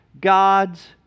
God's